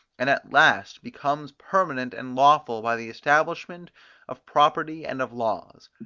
and at last becomes permanent and lawful by the establishment of property and of laws.